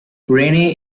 renee